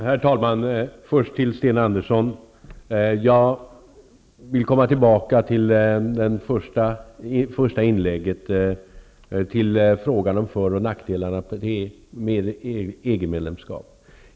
Herr talman! Jag vill återkomma till den fråga Sten Andersson i Malmö ställde i sitt första inlägg om för och nackdelarna med ett EG-medlemskap.